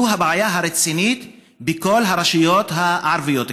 זו הבעיה הרצינית בכל הרשויות הערביות.